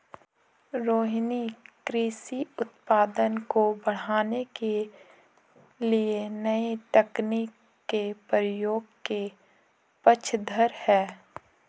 रोहिनी कृषि उत्पादन को बढ़ाने के लिए नए तकनीक के प्रयोग के पक्षधर है